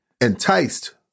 enticed